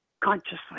consciously